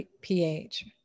pH